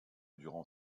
durant